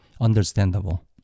understandable